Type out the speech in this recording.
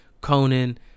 Conan